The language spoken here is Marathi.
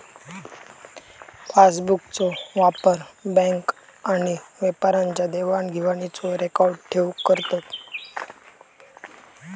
पासबुकचो वापर बॅन्क आणि व्यापाऱ्यांच्या देवाण घेवाणीचो रेकॉर्ड ठेऊक करतत